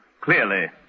Clearly